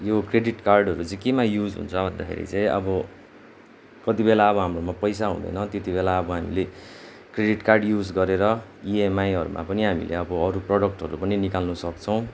यो क्रेडिट कार्डहरू चाहिँ केमा युज हुन्छ भन्दाखेरि चाहिँ अब कतिबेला अब हाम्रोमा पैसा हुँदैन त्यतिबेला अब हामीले क्रेडिट कार्ड युज गरेर ईएमआईहरूमा पनि हामीले अब अरू प्रोडक्टहरू पनि निकाल्न सक्छौँ